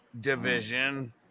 Division